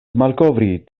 malkovri